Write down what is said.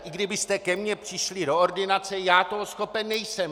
I kdybyste ke mně přišli do ordinace, já toho schopen nejsem.